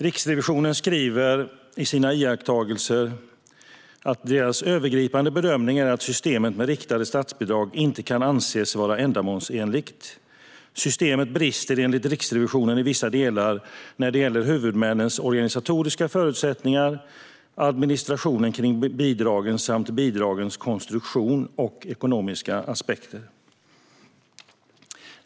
Riksrevisionen skriver i sina iakttagelser att deras övergripande bedömning är att systemet med riktade statsbidrag inte kan anses vara ändamålsenligt. Systemet brister enligt Riksrevisionen i vissa delar när det gäller huvudmännens organisatoriska förutsättningar, administrationen runt bidragen samt bidragens konstruktion och ekonomiska aspekter.